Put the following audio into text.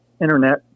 internet